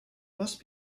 must